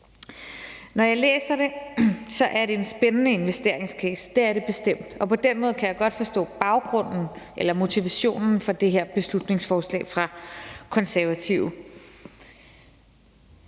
Når jeg læser det, er det en spændende investeringscase, det er det bestemt, og på den måde kan jeg godt forstå baggrunden eller motivationen for det her beslutningsforslag fra De Konservative.